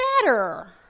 matter